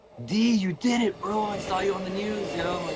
d you did it bro! i saw you on the news. you know, like